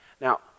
Now